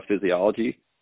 physiology